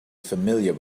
familiar